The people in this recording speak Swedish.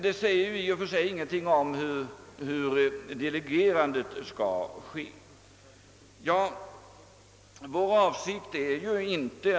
Därmed är emellertid ingenting sagt om hur delegerandet av beslutanderätten skall ske.